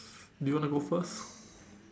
do you want to go first